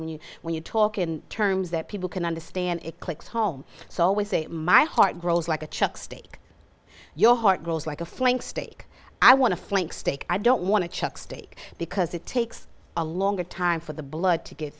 when you when you talk in terms that people can understand it clicks home so we say my heart grows like a chuck steak your heart grows like a flank steak i want to flank steak i don't want to chuck steak because it takes a longer time for the blood to get